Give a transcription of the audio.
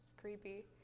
creepy